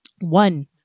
One